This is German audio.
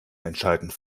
entscheidend